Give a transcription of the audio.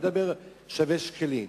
אני מדבר בשווה שקלים.